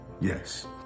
Yes